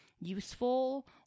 useful